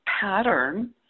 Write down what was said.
pattern